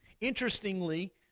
Interestingly